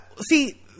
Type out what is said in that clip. see